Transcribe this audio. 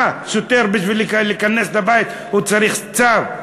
מה, שוטר, בשביל להיכנס לבית, הוא צריך צו.